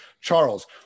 Charles